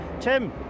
Tim